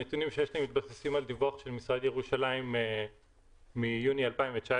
הנתונים שיש לי מתבססים על דיווח של המשרד לענייני ירושלים מיוני 2019,